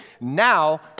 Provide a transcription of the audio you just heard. Now